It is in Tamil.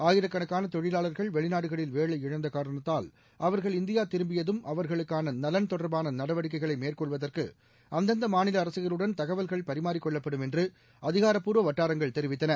ஆயிரக்கணக்கான தொழிலாளா்கள் வெளிநாடுகளில் வேலை இழந்த காரணத்தால் அவா்கள் இந்தியா திரும்பியதும் அவர்களுக்கான நலன் தொடர்பான நடவடிக்கைகளை மேற்கொள்வதற்கு அந்தந்த மாநில அரசுகளுடன் தகவல்கள் பரிமாறிக் கொள்ளப்படும் என்று அதிகாரப்பூர்வ வட்டாரங்கள் தெரிவித்தன